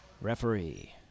Referee